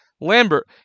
Lambert